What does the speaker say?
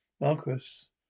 Marcus